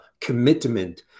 commitment